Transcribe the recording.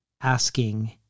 asking